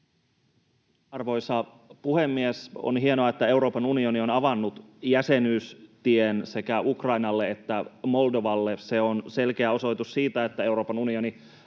Arvoisa puhemies! On hienoa, että Euroopan unioni on avannut jäsenyystien sekä Ukrainalle että Moldovalle. Se on selkeä osoitus siitä, että Euroopan unioni